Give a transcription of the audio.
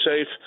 safe